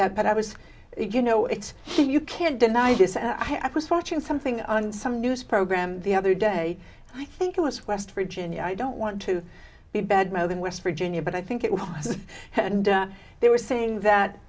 that but i was you know it's you can't deny you said i was watching something on some news program the other day i think it was west virginia i don't want to be badmouthing west virginia but i think it was and they were saying that